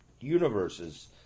universes